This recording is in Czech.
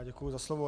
Děkuji za slovo.